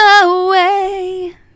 away